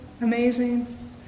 amazing